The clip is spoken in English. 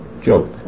joke